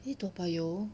is it toa payoh